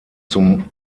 zum